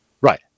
Right